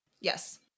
Yes